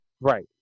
Right